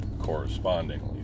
correspondingly